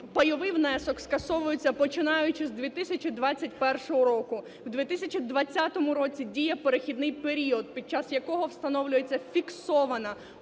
пайовий внесок скасовується, починаючи з 2021 року. У 2020 році діє перехідний період, під час якого встановлюється фіксована